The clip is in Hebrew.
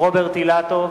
רוברט אילטוב,